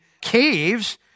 caves